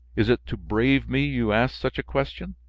is it to brave me you ask such a question?